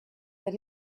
that